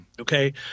Okay